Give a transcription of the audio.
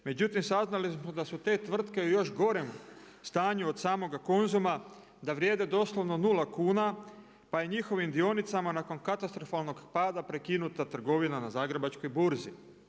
Međutim, saznali smo da su te tvrtke u još gorem stanju od samoga Konzuma, da vrijede doslovno nula kuna, pa je njihovim dionicama nakon katastrofalnog pada prekinuta trgovina na Zagrebačkoj burzi.